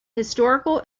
historical